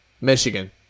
Michigan